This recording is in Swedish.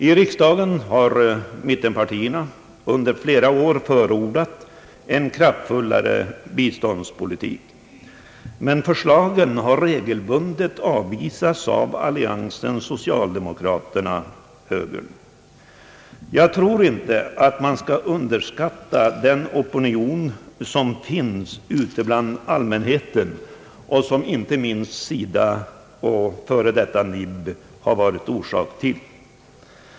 I riksdagen har mittenpartierna under flera år förordat en kraftfullare biståndspolitik, men försla gen har regelbundet avvisats av alliansen socialdemokraterna-högern. Jag tror inte att man skall underskatta den opinion som finns ute bland allmänheten och som inte minst SIDA, före detta NIB, varit orsak till.